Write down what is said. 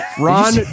Ron